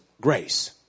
Grace